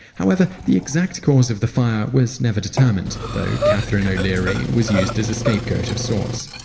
however, the exact cause of the fire was never determined, though catherine o'leary was used as a scapegoat of sorts.